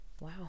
wow